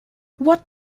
what